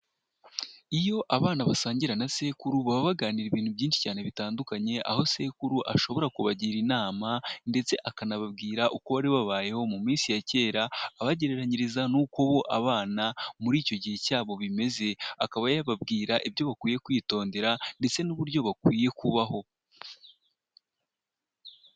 Iyo abana basangira na sekuru baba baganira ibintu byinshi cyane bitandukanye aho sekuru ashobora kubagira inama ndetse akanababwira uko bari babayeho mu minsi ya kera abagereranyiriza n'uko abana muri icyo gihe cyabo byari bimeze, akaba yababwira ibyo bakwiye kwitondera ndetse n'uburyo bakwiye kubaho.